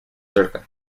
cerca